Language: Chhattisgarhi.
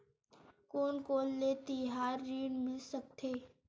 कोन कोन ले तिहार ऋण मिल सकथे?